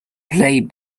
play